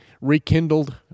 rekindled